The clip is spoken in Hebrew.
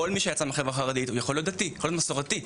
כל מי שיצא מהחברה החרדית יכול להיות דתי ויכול להיות מסורתי,